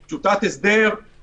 זה מתכתב עם הסדר החוב,